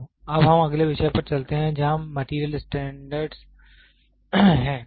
तो अब हम अगले विषय पर चलते हैं जहाँ मैटेरियल स्टैंडर्ड है